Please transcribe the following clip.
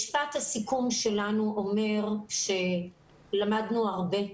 משפט הסיכון שלנו אומר שלמדנו הרבה.